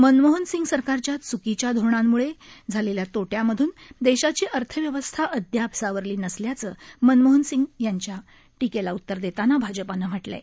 मनमोहन सिंग सरकारच्या च्कीच्या धोरणांमुळे झालेल्या तोट्यामधून देशाची अर्थव्यवस्था अद्याप सावरली नसल्याचं मनमोहन सिंग यांच्या टीकेला उत्तर देताना भाजपानं म्हटलं आहे